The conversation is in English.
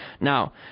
Now